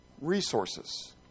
resources